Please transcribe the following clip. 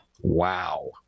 Wow